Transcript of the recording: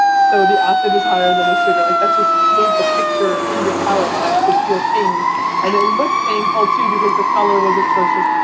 so the acid was higher than the sugar like that's just paints a picture in your palate that should feel pain and it looked painful too because the color was atrocious.